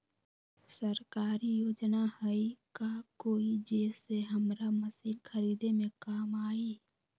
सरकारी योजना हई का कोइ जे से हमरा मशीन खरीदे में काम आई?